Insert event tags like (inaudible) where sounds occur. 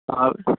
ആ (unintelligible)